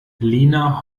lina